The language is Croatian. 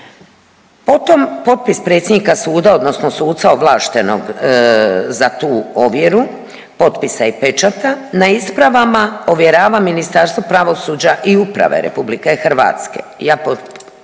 Potom potpis predsjednika suda odnosno suca ovlaštenog za tu ovjeru potpisa i pečata na ispravama ovjerava Ministarstvo pravosuđa i uprave RH.